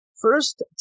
First